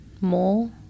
more